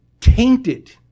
tainted